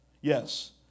Yes